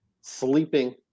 sleeping